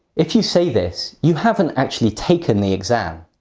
if you say this, you haven't actually taken the exam.